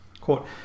quote